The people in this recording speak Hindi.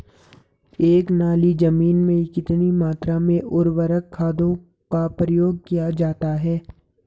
एक नाली जमीन में कितनी मात्रा में उर्वरक खादों का प्रयोग किया जाता है?